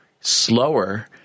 slower